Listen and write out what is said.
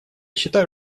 считаю